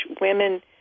women